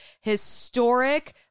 historic